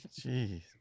Jeez